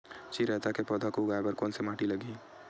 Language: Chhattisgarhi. चिरैता के पौधा को उगाए बर कोन से माटी लगही?